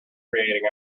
creating